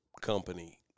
company